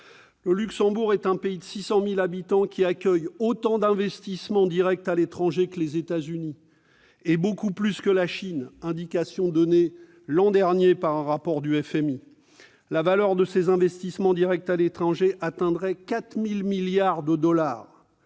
Le Luxembourg est un pays de 600 000 habitants qui accueille autant d'investissements directs à l'étranger que les États-Unis et beaucoup plus que la Chine, indication donnée par un rapport du FMI l'an dernier. La valeur de ces investissements atteindrait 4 000 milliards de dollars.